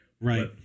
Right